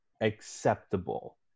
acceptable